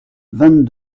vingt